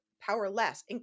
powerless